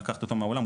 לקחת אותו מהעולם,